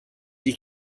die